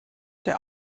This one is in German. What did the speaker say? der